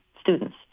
students